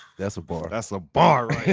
that's a bar. that's a bar